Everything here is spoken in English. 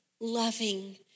loving